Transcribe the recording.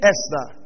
Esther